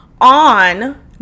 on